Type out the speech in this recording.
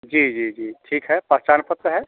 जी जी जी ठीक है पहचान पत्र है